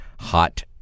hot